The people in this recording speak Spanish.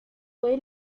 puede